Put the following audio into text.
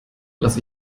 lasse